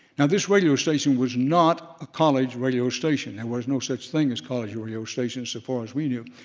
now this radio station was not a college radio station, there was no such thing as college radio stations so far as we knew.